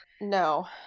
No